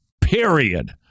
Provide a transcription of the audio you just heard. period